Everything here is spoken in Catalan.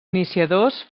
iniciadors